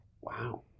Wow